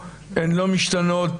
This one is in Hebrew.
הן לא משתנות